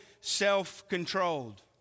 self-controlled